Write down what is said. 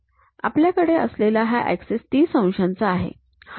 आपल्याकडे असलेला हा ऍक्सिस ३० अंशांचा आहे